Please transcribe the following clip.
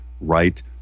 right